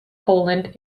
poland